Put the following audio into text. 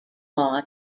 law